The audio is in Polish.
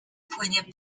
płynie